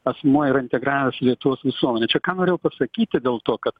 asmuo yra integravęs į lietuvos visuomenę čia ką norėjau pasakyti dėl to kad